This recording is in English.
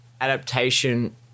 adaptation